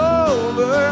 over